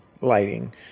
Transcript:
lighting